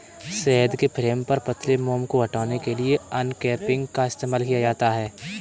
शहद के फ्रेम पर पतले मोम को हटाने के लिए अनकैपिंग का इस्तेमाल किया जाता है